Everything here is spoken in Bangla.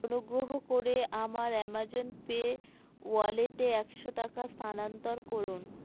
অনুগ্রহ করে আমার অ্যামাজন পে ওয়ালেটে একশো টাকা স্থানান্তর করুন